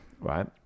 right